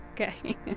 okay